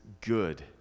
good